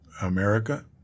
America